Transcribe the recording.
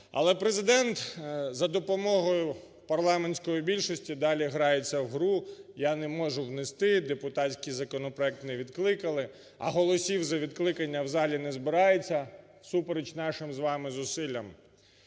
Але Президент за допомогою парламентської більшості далі грається в гру: я не можу внести, депутатський законопроект не відкликали, а голосів за відкликання в залі не збираються всупереч нашим з вашим зусиллям.